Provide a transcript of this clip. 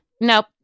Nope